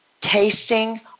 Tasting